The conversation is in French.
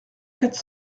quatre